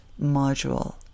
module